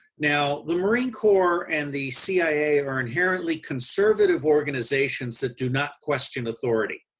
now the marine corp and the cia are inherently conservative organizations that do not question authority.